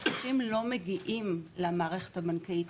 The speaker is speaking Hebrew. הכספים לא מגיעים למערכת הבנקאית,